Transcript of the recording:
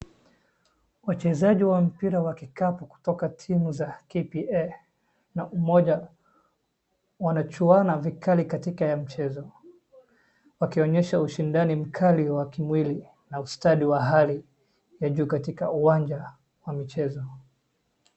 Wachezaji wa mpira wa kikapu kutoka timu za KPA na Umoja wanachuana vikali katika mchezo wakionyesha ushindani mkubwa wa kimwili na ustadi wa hali ya juu katika uwanja wa michezo.